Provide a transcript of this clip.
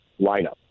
lineup